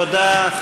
תודה,